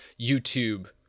YouTube